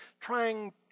trying